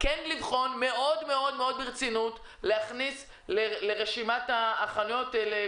לבחון מאוד מאוד מאוד ברצינות להכניס לרשימת החנויות הפתוחות